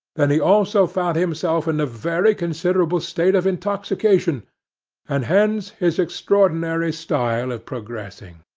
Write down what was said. than he also found himself in a very considerable state of intoxication and hence his extraordinary style of progressing.